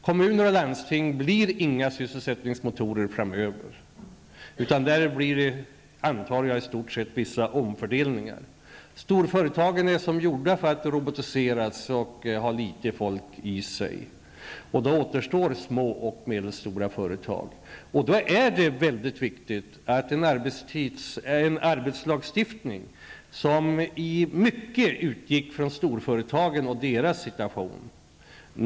Kommuner och landsting kommer inte vara några sysselsättningsmotorer framöver. Där blir det troligen aktuellt med vissa omfördelningar. Storföretagen är som gjorda för att robotiseras och inte ha så mycket personal. Då återstår de små och medelstora företagen. Arbetslagstiftningen har i mycket stor utsträckning utgått från storföretagen och deras situation.